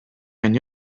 anni